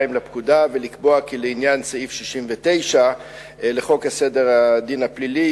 לפקודה ולקבוע כי לעניין סעיף 69 לחוק סדר הדין הפלילי,